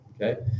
okay